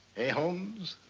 ay, holmes?